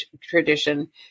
tradition